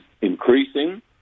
increasing